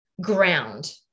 ground